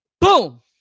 Boom